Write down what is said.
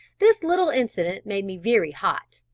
this little incident made me very hot,